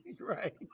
right